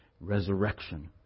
resurrection